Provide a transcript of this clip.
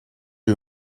you